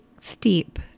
steep